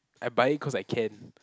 I buy it cause I can